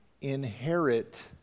inherit